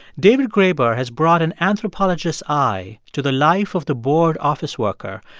david graeber has brought an anthropologist's eye to the life of the bored office worker,